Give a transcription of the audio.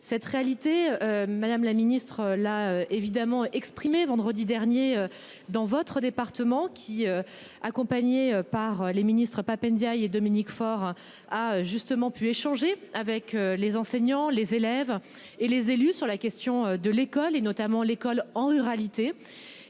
Cette réalité. Madame la Ministre, là évidemment, exprimé vendredi dernier dans votre département qui. Accompagné par les ministres Pap Ndiaye et Dominique Faure a justement pu échanger avec les enseignants, les élèves et les élus sur la question de l'école et notamment l'école en ruralité